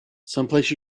someplace